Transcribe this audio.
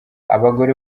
abagore